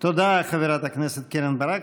תודה, חברת הכנסת קרן ברק.